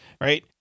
Right